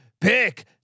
Pick